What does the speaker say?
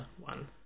one